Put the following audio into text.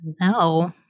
No